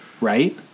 right